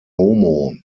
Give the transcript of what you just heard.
homo